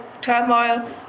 turmoil